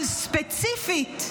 אבל ספציפית,